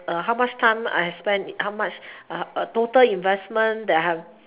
uh how much time I have spend how much total investment that I have